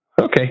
Okay